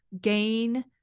gain